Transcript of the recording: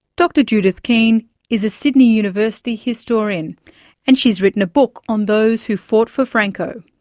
dr judith keene is a sydney university historian and she's written a book on those who fought for franco.